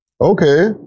Okay